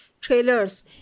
trailers